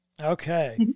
Okay